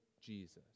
Jesus